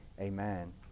amen